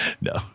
No